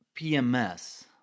pms